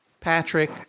Patrick